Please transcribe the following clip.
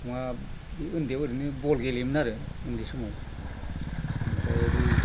मा उन्दैयाव ओरैनो बल गेलेयोमोन आरो उन्दै समाव ओमफ्राय बै